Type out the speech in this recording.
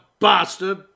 Bastard